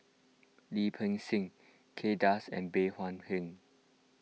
Lim Peng Siang Kay Das and Bey Hua Heng